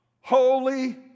Holy